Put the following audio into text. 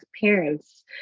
parents